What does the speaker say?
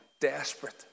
desperate